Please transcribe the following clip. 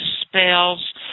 spells